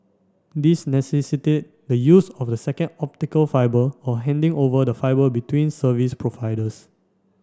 these necessitated the use of a second optical fibre or handing over the fibre between service providers